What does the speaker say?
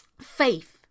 faith